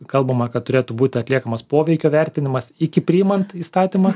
kalbama kad turėtų būti atliekamas poveikio vertinimas iki priimant įstatymą